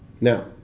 Now